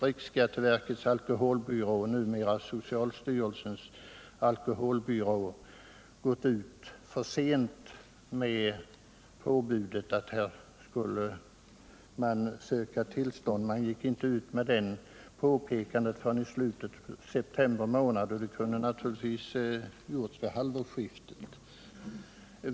Riksskatteverkets alkoholbyrå, numera socialstyrelsens alkoholbyrå, gick ut för sent med påbudet att tillstånd måste sökas. Man gick inte ut med det påpekandet förrän i slutet av september månad, fastän det kunde ha skett redan vid halvårsskiftet.